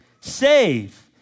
Save